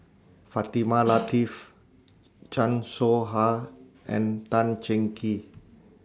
Fatimah Lateef Chan Soh Ha and Tan Cheng Kee